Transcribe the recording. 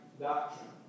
doctrine